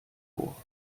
vor